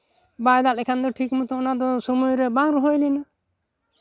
ᱵᱟᱭ ᱫᱟᱜ ᱞᱮᱠᱷᱟᱱ ᱫᱚ ᱴᱷᱤᱠ ᱢᱚᱛᱳ ᱥᱚᱢᱚᱭᱨᱮ ᱵᱟᱝ ᱨᱚᱦᱚᱭ ᱞᱮᱱᱟ